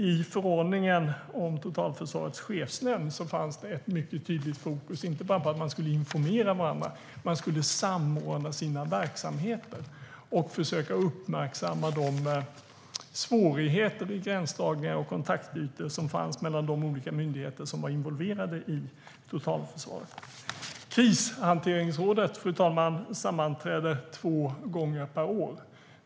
I förordningen om Totalförsvarets chefsnämnd fanns det ett mycket tydligt fokus inte bara på att man skulle informera varandra utan även på att man skulle samordna sina verksamheter och försöka uppmärksamma de svårigheter vid gränsdragningar och i kontaktytor som fanns mellan de olika myndigheter som var involverade i totalförsvaret. Krishanteringsrådet sammanträder två gånger per år.